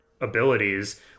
abilities